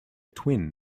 twin